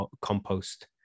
compost